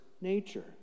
nature